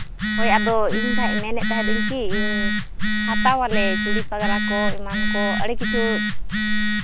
ᱦᱳᱭ ᱟᱫᱚ ᱤᱧ ᱫᱚ ᱦᱟᱸᱜ ᱢᱮᱱᱮᱜ ᱛᱟᱦᱮᱱᱤᱧ ᱠᱤ ᱤᱧ ᱦᱟᱛᱟᱣ ᱟᱞᱮ ᱪᱩᱲᱤ ᱯᱟᱜᱽᱨᱟ ᱠᱚ ᱮᱢᱟᱱ ᱠᱚ ᱟᱹᱰᱤ ᱠᱤᱪᱷᱩ